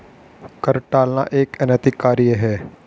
कर टालना एक अनैतिक कार्य है